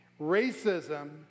Racism